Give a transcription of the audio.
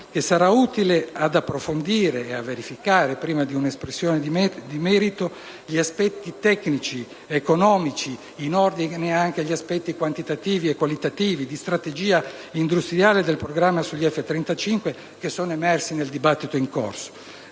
sarà utile ad approfondire e a verificare, prima di una espressione di merito, gli aspetti tecnici ed economici, in ordine anche agli aspetti quantitativi e qualitativi e di strategia industriale del programma F-35 che sono emersi nel dibattito in corso.